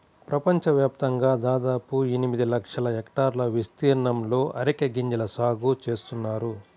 ప్రపంచవ్యాప్తంగా దాదాపు ఎనిమిది లక్షల హెక్టార్ల విస్తీర్ణంలో అరెక గింజల సాగు చేస్తున్నారు